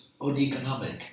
uneconomic